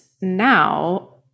now